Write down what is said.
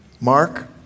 Mark